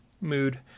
mood